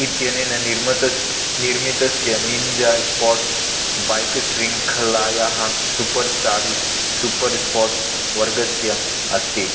इत्यनेन निर्मितस्य ninja sports back शृङ्खलायाः सुपर् चार्ज्ड् सुपर् स्पोर्ट्स् वर्गस्य अस्ति